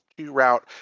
route